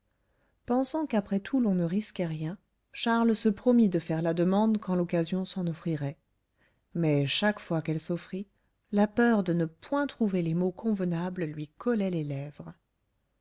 pensant qu'après tout l'on ne risquait rien charles se promit de faire la demande quand l'occasion s'en offrirait mais chaque fois qu'elle s'offrit la peur de ne point trouver les mots convenables lui collait les lèvres